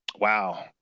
Wow